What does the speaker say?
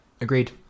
agreed